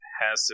passive